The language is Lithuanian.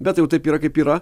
bet jau taip yra kaip yra